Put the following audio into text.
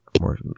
more